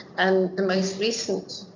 and the most recent